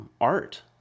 Art